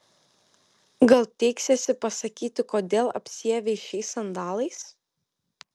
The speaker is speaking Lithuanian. gal teiksiesi pasakyti kodėl apsiavei šiais sandalais